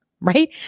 right